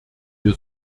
wir